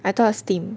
I thought Steam